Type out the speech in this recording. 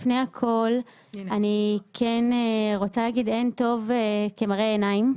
לפני הכל, אני רוצה להגיד אין טוב כמראה עיניים.